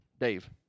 Dave